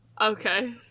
Okay